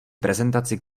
prezentaci